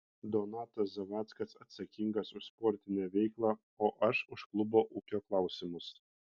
donatas zavackas atsakingas už sportinę veiklą o aš už klubo ūkio klausimus